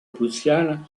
prussiana